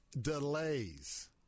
delays